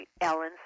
Ellen